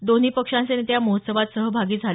दोन्ही पक्षांचे नेते या महोत्सवात सहभागी झाले